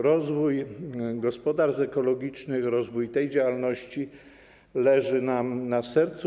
Rozwój gospodarstw ekologicznych, rozwój tej działalności leży nam na sercu.